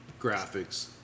graphics